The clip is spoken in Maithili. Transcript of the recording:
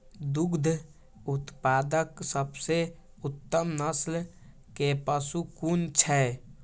दुग्ध उत्पादक सबसे उत्तम नस्ल के पशु कुन छै?